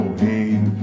hey